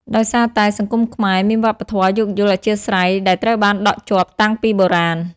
ដោយសារតែសង្គមខ្មែរមានវប្បធម៌យោគយល់អធ្យាស្រ័យដែលត្រូវបានដក់ជាប់តាំងពីបុរាណ។